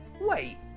Wait